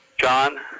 John